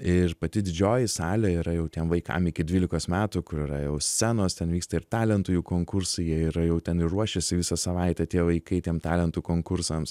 ir pati didžioji salė yra jau tiem vaikam iki dvylikos metų kur yra jau scenos ten vyksta ir talentų jų konkursai jie yra jau ten ir ruošiasi visą savaitę tie vaikai tiem talentų konkursams